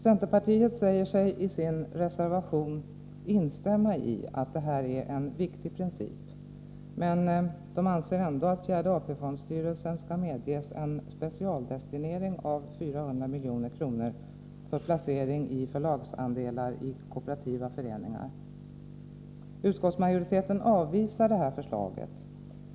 Centerpartiet säger sig i sin reservation instämma i att detta är en viktig princip men anser ändå att fjärde AP-fondens styrelse skall medges en specialdestinering av 400 milj.kr. för placering i förlagsandelar i kooperativa föreningar. Utskottsmajoriteten avvisar det förslaget.